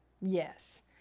Yes